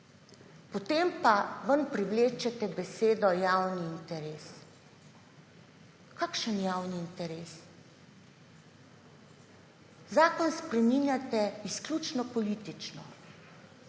Potem pa ven privlečete besedo javni interes. Kakšen javni interes? Zakon spreminjate izključno politično.